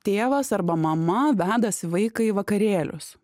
tėvas arba mama vedasi vaiką į vakarėlius